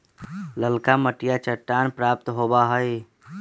ललका मटिया चट्टान प्राप्त होबा हई